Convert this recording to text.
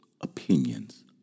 opinions